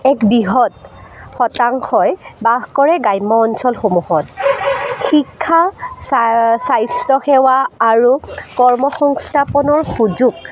এক বৃহৎ শতাংশই বাস কৰে গ্ৰাম্য অঞ্চলসমূহত শিক্ষা স্বাস্থ্য সেৱা আৰু কৰ্ম সংস্থাপনৰ সুযোগ